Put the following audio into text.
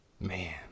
man